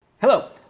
Hello